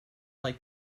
like